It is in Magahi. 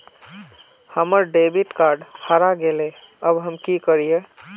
हमर डेबिट कार्ड हरा गेले अब हम की करिये?